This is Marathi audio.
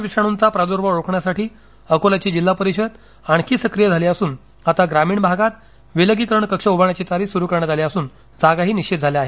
कोरोना विषाणूंचा प्रादुर्भाव रोखण्यासाठी अकोल्याची जिल्हा परिषद आणखी सक्रिय झाली असून आता ग्रामीण भागात विलगीकरण कक्ष उभारण्याची तयारी सुरू करण्यात आली असून जागाही निश्वित झाल्या आहेत